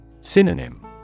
Synonym